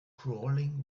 crawling